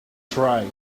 try